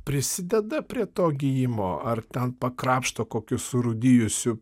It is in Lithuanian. prisideda prie to gijimo ar ten pakrapšto kokiu surūdijusiu